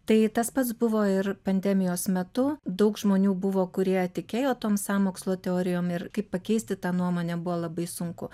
tai tas pats buvo ir pandemijos metu daug žmonių buvo kurie tikėjo tom sąmokslo teorijom ir kaip pakeisti tą nuomonę buvo labai sunku